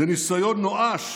זה ניסיון נואש